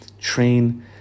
train